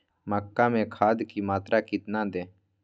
मक्का में खाद की मात्रा कितना दे?